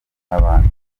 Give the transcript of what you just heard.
n’abandi